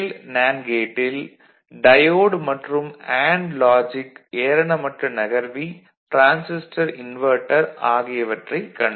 NAND கேட்டில் diode மற்றும் AND logic ஏரணமட்ட நகர்வி டிரான்சிஸ்டர் இன்வெர்ட்டர் ஆகியவற்றைக் கண்டோம்